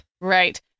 Right